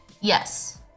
Yes